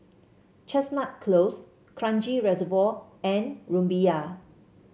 Chestnut Close Kranji Reservoir and Rumbia